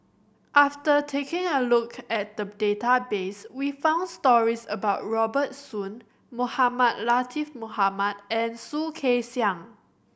after taking a look at the database we found stories about Robert Soon Mohamed Latiff Mohamed and Soh Kay Siang